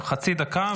חצי דקה, ולסיכום.